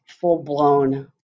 full-blown